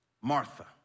Martha